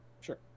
Sure